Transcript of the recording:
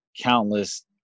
countless